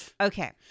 Okay